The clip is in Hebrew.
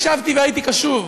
הקשבתי והייתי קשוב.